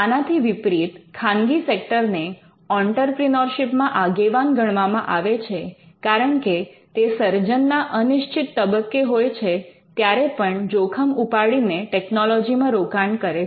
આનાથી વિપરીત ખાનગી સેકટરને ઑંટરપ્રિનોરશિપ મા આગેવાન ગણવામાં આવે છે કારણકે તે સર્જનના અનિશ્ચિત તબક્કે હોય છે ત્યારે પણ તે જોખમ ઉપાડીને ટેકનોલોજીમાં રોકાણ કરે છે